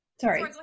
sorry